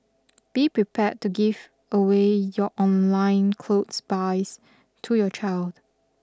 be prepared to give away your online clothes buys to your child